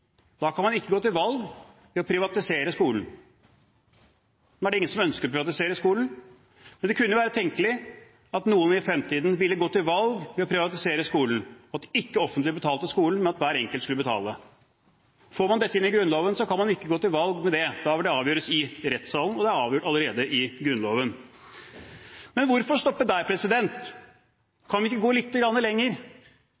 Da kan man ikke gå til valg på å privatisere skolen. Nå er det ingen som ønsker å privatisere skolen, men det kunne jo være tenkelig at noen i fremtiden ville gå til valg på å privatisere skolen, og at ikke det offentlige betalte skolen, men at hver enkelt skulle betale. Får man dette inn i Grunnloven, kan man ikke gå til valg på det. Da vil det avgjøres i rettssalen, og det er avgjort allerede i Grunnloven. Men hvorfor stoppe der?